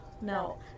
No